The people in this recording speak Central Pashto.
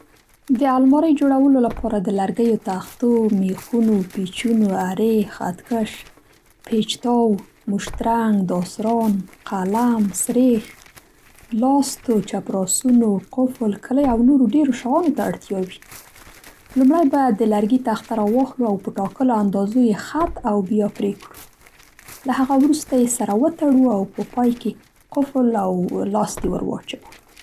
د المارۍ جوړولو لپاره د لرګیو تختو، مېخونو، پېچونو، ارې، خط کش، پېچ تاو، موشترنګ، داسران، قلم، سرېښ، لاستو، چپراسونو، قفل، کلۍ او نورو ډېرو شیانو ته اړتیا وي. لومړی باید د لرګي تخته را واخلو او په ټاکلو اندازو یې خط او بیا پرې کړو. له هغه وروسته یې سره وتړو او په پای کې قفل او لاستي ور واچوو.